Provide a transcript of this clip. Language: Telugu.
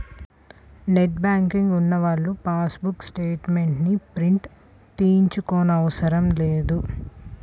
నెట్ బ్యాంకింగ్ ఉన్నవాళ్ళు పాస్ బుక్ స్టేట్ మెంట్స్ ని ప్రింట్ తీయించుకోనవసరం లేదు